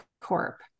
corp